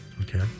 Okay